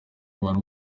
abantu